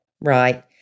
Right